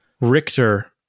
Richter